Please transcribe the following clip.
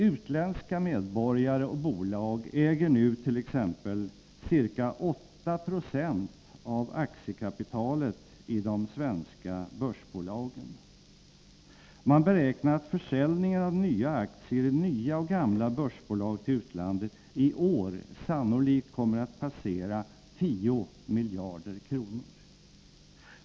Utländska medborgare och bolag äger nu ca 8 90 av aktiekapitalet i de svenska börsbolagen. Man beräknar att försäljning av nya aktier i nya och gamla börsbolag till utlandet i år sannolikt kommer att passera 10 miljarder kronor.